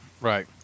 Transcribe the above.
right